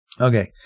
Okay